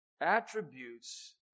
attributes